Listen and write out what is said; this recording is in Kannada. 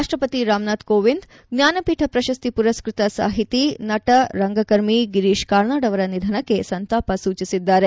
ರಾಷ್ಟಪತಿ ರಾಮನಾಥ ಕೋವಿಂದ್ ಜ್ವಾನಪೀಠ ಪ್ರಶಸ್ತಿ ಪುರಸ್ಕತ ಸಾಹಿತಿ ನಟ ರಂಗಕರ್ಮಿ ಗಿರೀಶ್ ಕಾರ್ನಾಡ್ ಅವರ ನಿಧನಕ್ಕೆ ಸಂತಾಪ ಸೂಚಿಸಿದ್ದಾರೆ